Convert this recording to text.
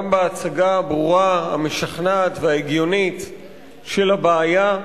גם בהצגה הברורה, המשכנעת וההגיונית של הבעיה,